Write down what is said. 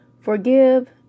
Forgive